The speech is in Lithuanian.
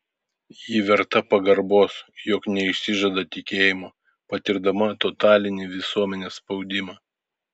ji verta pagarbos jog neišsižada tikėjimo patirdama totalinį visuomenės spaudimą